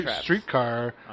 streetcar